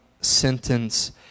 sentence